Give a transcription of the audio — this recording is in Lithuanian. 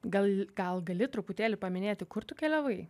gal gal gali truputėlį paminėti kur tu keliavai